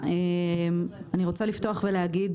רוצה לפתוח ולהגיד